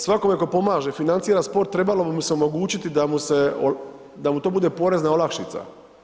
Svakome tko pomaže, financira sport, trebamo bi mu se omogućiti da mu se, to mu to bude porezna olakšica.